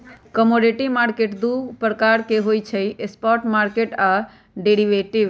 commodity market मुख्य दु प्रकार के होइ छइ स्पॉट मार्केट आऽ डेरिवेटिव